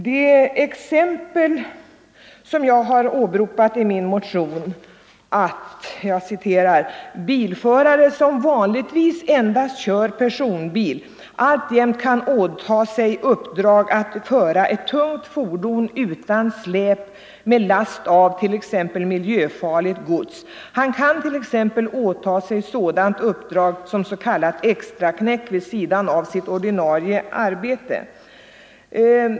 Det exempel som jag har åberopat i min motion, att ”bilförare som vanligtvis endast kör personbil alltjämt kan åtaga sig uppdrag att föra ett tungt fordon utan släp med last av t.ex. miljöfarligt gods. Han kan t.ex. åta sig sådant uppdrag som s.k. extraknäck vid sidan av sitt ordinarie arbete”.